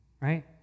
right